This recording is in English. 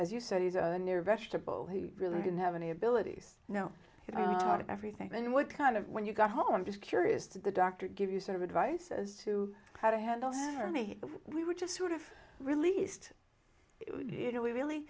as you said he's a near vegetable he really didn't have any abilities you know everything then what kind of when you got home just curious to the doctor give you sort of advice as to how to handle any we were just sort of released you know we really